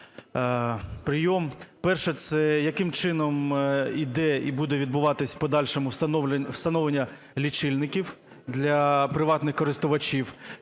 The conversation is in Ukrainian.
прийом. Перше, це: яким чином іде і буде відбуватися в подальшому встановлення лічильників для приватних користувачів,